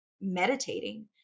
meditating